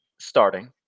starting